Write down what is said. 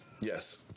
Yes